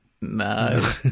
No